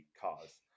cars